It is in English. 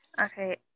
Okay